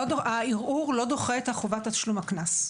הערעור לא דוחה את חובת תשלום הקנס.